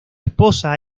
esposa